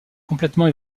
complètement